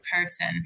person